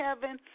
Kevin